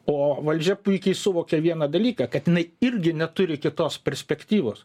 o valdžia puikiai suvokia vieną dalyką kad jinai irgi neturi kitos perspektyvos